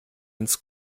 ins